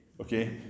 okay